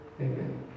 Amen